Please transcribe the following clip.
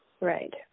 Right